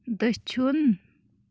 دٔچھُن